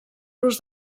los